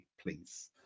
please